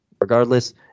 regardless